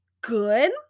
good